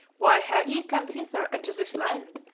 why have ye come hither unto this land,